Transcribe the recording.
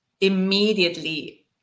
immediately